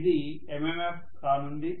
ఇది MMF కానుంది